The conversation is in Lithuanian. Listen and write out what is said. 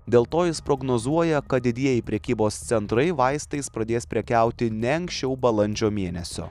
dėl to jis prognozuoja kad didieji prekybos centrai vaistais pradės prekiauti ne anksčiau balandžio mėnesio